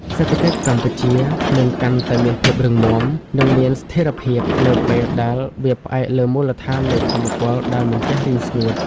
សេដ្ឋកិច្ចកម្ពុជានឹងកាន់តែមានភាពរឹងមាំ និងមានស្ថិរភាព នៅពេលដែលវាផ្អែកលើមូលដ្ឋាននៃថាមពលដែលមិនចេះរីងស្ងួត។